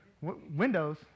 Windows